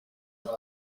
iki